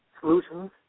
solutions